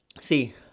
see